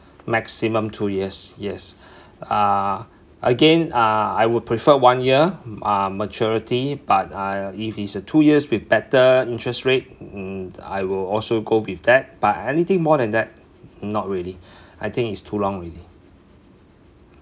maximum two years yes uh again uh I would prefer one year uh maturity but uh if it's a two years with better interest rate mm I will also go with that but anything more than that not really I think it's too long already